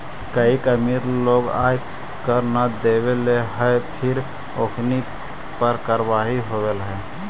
कईक अमीर लोग आय कर न देवऽ हई फिर ओखनी पर कारवाही होवऽ हइ